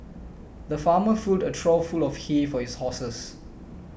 the farmer filled a trough full of hay for his horses